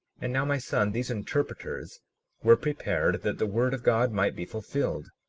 and now, my son, these interpreters were prepared that the word of god might be fulfilled,